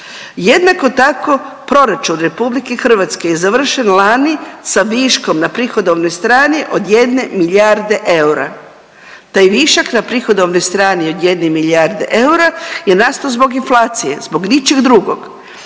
Jednako tako proračun RH je završen lani sa viškom na prihodovnoj strani od jedne milijarde eura. Taj višak na prihodovnoj strani od jedne milijarde eura je nastao zbog inflacije, zbog ničeg drugog.